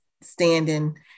standing